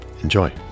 Enjoy